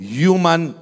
human